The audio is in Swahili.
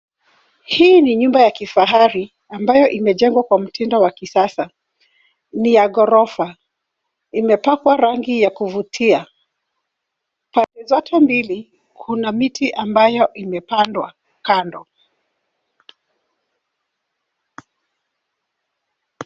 Hii ni nyumba ya kifahari ambayo imejengwa kwa mtindo wa kisasa. Ni ya ghorofa. Imepakwa rangi ya kuvutia. Pande zote mbili, kuna miti ambayo imepandwa kando.